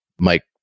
Mike